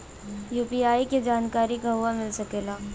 UPI के जानकारी कहवा मिल सकेले?